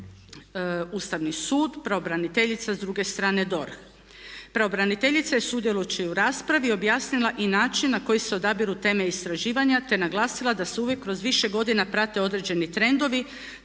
Ustavni sud, pravobraniteljica, s druge strane DORH. Pravobraniteljica je sudjelujući u raspravi objasnila i način na koji se odabiru teme istraživanja te naglasila da se uvijek kroz više godina prate određeni trendovi